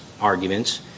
arguments